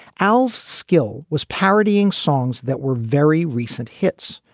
al's skill was parodying songs that were very recent hits,